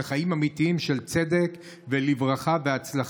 לחיים אמיתיים של צדק ולברכה והצלחה.